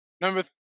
Number